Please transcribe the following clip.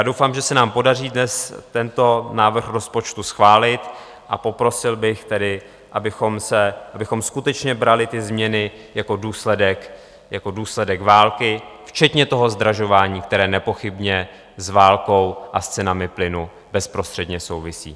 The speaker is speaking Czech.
Doufám, že se nám podaří dnes tento návrh rozpočtu schválit, a poprosil bych tedy, abychom skutečně brali ty změny jako důsledek války, včetně toho zdražování, které nepochybně s válkou a s cenami plynu bezprostředně souvisí.